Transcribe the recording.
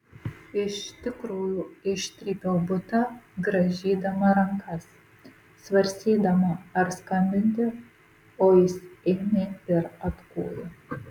iš tikrųjų ištrypiau butą grąžydama rankas svarstydama ar skambinti o jis ėmė ir atkūrė